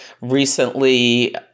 Recently